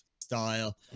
style